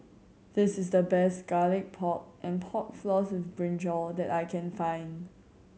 this is the best Garlic Pork and Pork Floss with brinjal that I can find